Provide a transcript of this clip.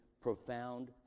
profound